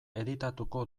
editatuko